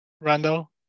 Randall